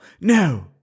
No